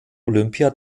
olympia